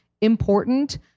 important